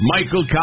Michael